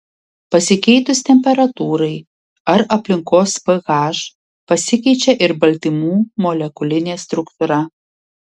pasikeitus temperatūrai ar aplinkos ph pasikeičia ir baltymų molekulinė struktūra